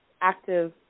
active